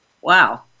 Wow